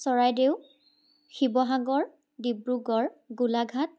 Charaideo Sivasagar Dibrugarh Golaghat